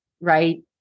right